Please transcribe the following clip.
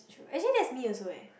actually that is me also eh